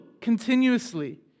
continuously